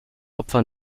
opfer